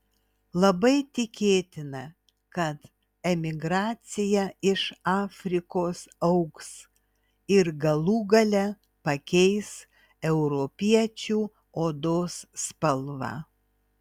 labai tikėtina kad emigracija iš afrikos augs ir galų gale pakeis europiečių odos spalvą